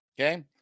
okay